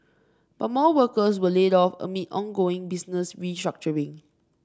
but more workers were laid off amid ongoing business restructuring